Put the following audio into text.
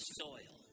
soil